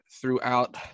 throughout